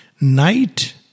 Night